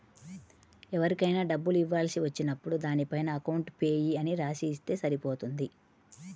ఎవరికైనా డబ్బులు ఇవ్వాల్సి వచ్చినప్పుడు దానిపైన అకౌంట్ పేయీ అని రాసి ఇస్తే సరిపోతుంది